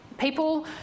People